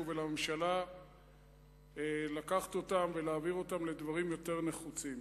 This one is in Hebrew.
ולממשלה לקחת ולהעביר אותם לדברים יותר נחוצים.